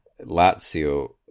Lazio